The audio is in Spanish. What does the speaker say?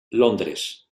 londres